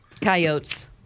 Coyotes